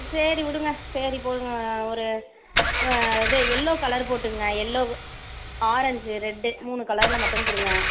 சரி விடுங்க சரி போடுங்கள் ஒரு இது எல்லோ கலர் போட்டுக்கங்க எல்லோ ஆரஞ்சு ரெட்டு மூணு கலரில் மட்டும் கொடுங்க